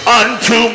unto